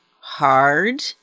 hard